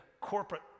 corporate